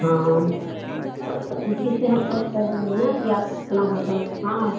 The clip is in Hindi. हाँ इसी से हम कॉल कर दिया ना कि आप अपना होटल हाँ